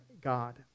God